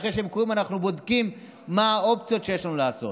אחרי שהם קורים אנחנו בודקים מה האופציות שיש לנו לעשות.